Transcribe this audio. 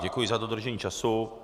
Děkuji za dodržení času.